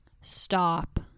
Stop